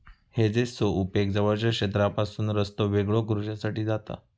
हेजेसचो उपेग जवळच्या क्षेत्रापासून रस्तो वेगळो करुच्यासाठी जाता